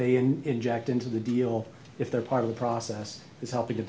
they inject into the deal if they're part of the process is helping